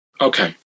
Okay